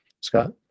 Scott